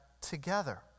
together